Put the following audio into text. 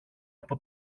από